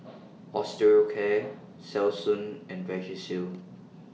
Osteocare Selsun and Vagisil